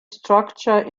structure